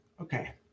Okay